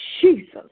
Jesus